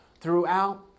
throughout